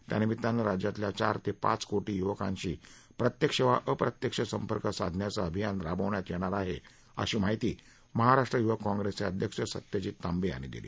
त्यानिमत्तांन राज्यातल्या चार ते पाच कोटी युवकांशी प्रत्यक्ष वा अप्रत्यक्ष संपर्क साधण्याचं अभियान राबवण्यात येणार आहे अशी माहिती महाराष्ट्र युवक कॉंग्रेसचे अध्यक्ष सत्यजीत तांवे यांनी दिली